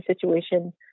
situation